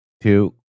two